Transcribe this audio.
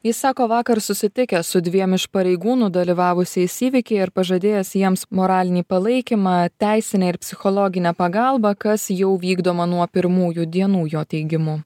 jis sako vakar susitikęs su dviem iš pareigūnų dalyvavusiais įvykyje ir pažadėjęs jiems moralinį palaikymą teisinę ir psichologinę pagalbą kas jau vykdoma nuo pirmųjų dienų jo teigimu